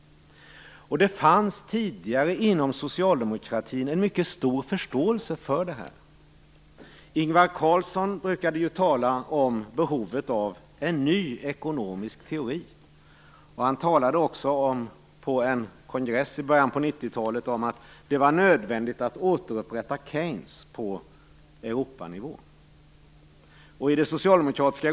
Det fanns tidigare inom socialdemokratin en mycket stor förståelse för det här. Ingvar Carlsson brukade tala om behovet av en ny ekonomisk teori. Han talade på en kongress i början på 1990-talet om att det var nödvändigt att återupprätta Keynes politik på Europanivå.